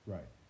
Right